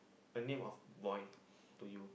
a name of boy to you